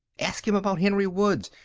ask him about henry woods.